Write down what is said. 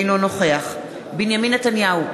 אינו נוכח בנימין נתניהו,